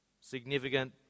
Significant